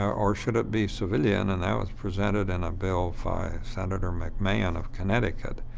or should it be civilian? and that was presented in a bill by senator mcmahon of connecticut.